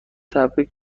تبریک